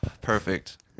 Perfect